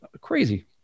Crazy